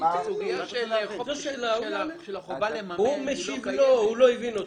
הסוגיה של החובה לממן לא קיימת.